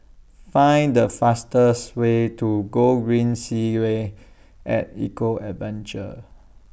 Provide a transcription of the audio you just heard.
Find The fastest Way to Gogreen Segway At Eco Adventure